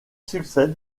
succède